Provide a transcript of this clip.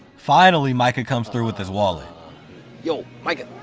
finally, micah comes through with his wallet yo micah!